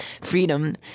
freedom